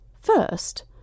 First